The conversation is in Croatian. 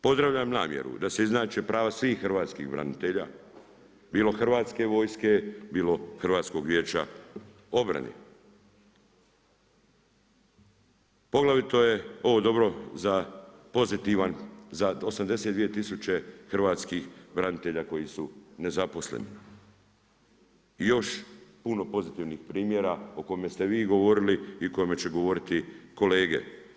Pozdravljam namjeru da se izjednače prava svih hrvatskih branitelja, bilo Hrvatske vojske, bilo HVO-a. poglavito je ovo dobro za pozitivan za 82 tisuće hrvatskih branitelja koji su nezaposleni i još puno pozitivnih primjera o kojima ste vi govorili i o kojima će govoriti kolege.